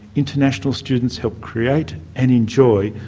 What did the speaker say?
international students help create, and enjoy,